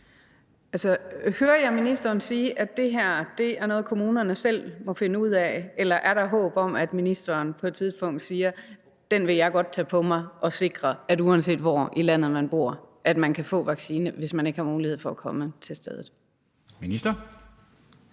Hører jeg ministeren sige, at det her er noget, kommunerne selv må finde ud af, eller er der håb om, at ministeren på et tidspunkt siger, at det vil han godt tage på sig og sikre, at uanset hvor i landet man bor, kan man blive vaccineret, hvis man ikke har mulighed for at komme til vaccinationsstedet?